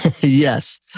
Yes